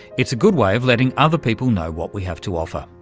it's a good way of letting other people know what we have to offer.